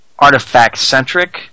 artifact-centric